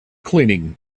cleaning